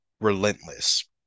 relentless